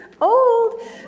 old